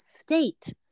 state